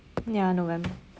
ya november